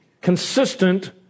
consistent